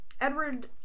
Edward